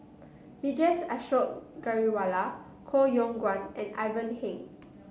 Vijesh Ashok Ghariwala Koh Yong Guan and Ivan Heng